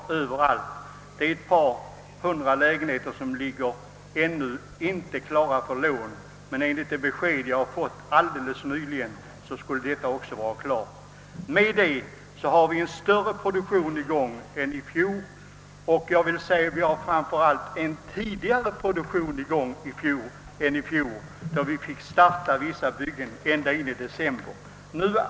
Det är bara lån för ett par hundra lägenheter som inte varit klara, men enligt ett besked som jag har fått alldeles nyligen skulle nu detta också vara ordnat. Därmed har vi en större produktion i gång än i fjol, och framför allt har produktionen startats tidigare än i fjol, då vissa byggen påbörjades först i december månad.